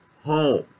home